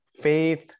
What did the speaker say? faith